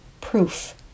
proof